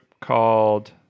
called